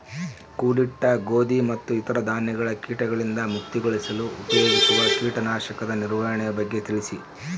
ಕೂಡಿಟ್ಟ ಗೋಧಿ ಮತ್ತು ಇತರ ಧಾನ್ಯಗಳ ಕೇಟಗಳಿಂದ ಮುಕ್ತಿಗೊಳಿಸಲು ಉಪಯೋಗಿಸುವ ಕೇಟನಾಶಕದ ನಿರ್ವಹಣೆಯ ಬಗ್ಗೆ ತಿಳಿಸಿ?